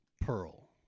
Pearl